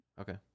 Okay